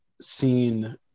seen